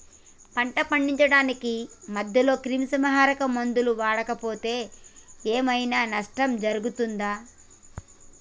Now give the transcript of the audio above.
పంట పండించడానికి మధ్యలో క్రిమిసంహరక మందులు వాడకపోతే ఏం ఐనా నష్టం జరుగుతదా?